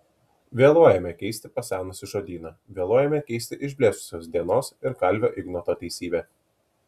vėluojame keisti pasenusį žodyną vėluojame keisti išblėsusios dienos ir kalvio ignoto teisybę